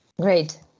Great